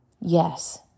yes